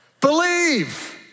Believe